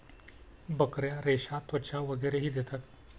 बकऱ्या रेशा, त्वचा वगैरेही देतात